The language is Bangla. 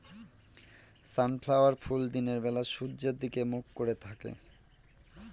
সানফ্ল্যাওয়ার ফুল দিনের বেলা সূর্যের দিকে মুখ করে থাকে